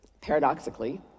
paradoxically